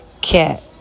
cat